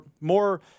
more